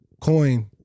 coin